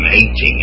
18